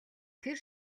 тэр